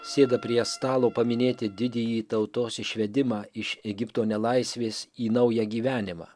sėda prie stalo paminėti didįjį tautos išvedimą iš egipto nelaisvės į naują gyvenimą